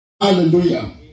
Hallelujah